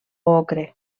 ocre